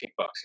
Kickboxing